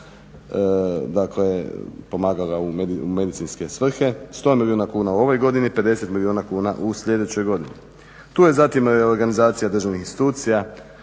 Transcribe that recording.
dakle pomagala u medicinske svrhe 100 milijuna kuna u ovoj godini, 50 milijuna kuna u sljedećoj godini. Tu je zatim reorganizacija državnih institucija,